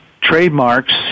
trademarks